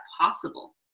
possible